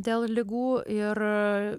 dėl ligų ir